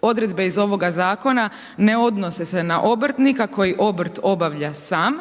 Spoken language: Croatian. Odredbe iz ovoga zakona ne odnose se na obrtnika koji obrt obavlja sam,